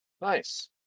Nice